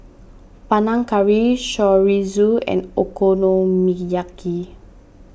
Panang Curry Chorizo and Okonomiyaki